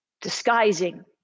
disguising